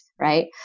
right